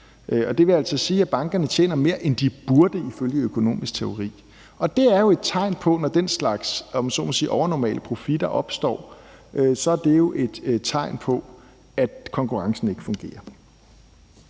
Det vil altså sige, at bankerne tjener mere, end de burde, ifølge økonomisk teori, og når den slags, om jeg så må sige, overnormale profitter opstår, er det et tegn på, at konkurrencen ikke fungerer.